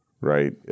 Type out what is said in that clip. right